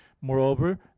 moreover